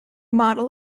model